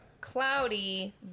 cloudy